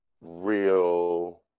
real